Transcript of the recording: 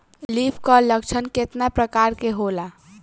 Leaf curl लक्षण केतना परकार के होला?